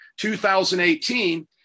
2018